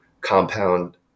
compound